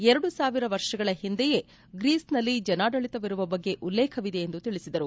ಎರಡು ಸಾವಿರ ವರ್ಷಗಳ ಹಿಂದೆಯೇ ಗ್ರೀಸ್ನಲ್ಲಿ ಜನಾಡಳಿತವಿರುವ ಬಗ್ಗೆ ಉಲ್ಲೇಖವಿದೆ ಎಂದು ತಿಳಿಸಿದರು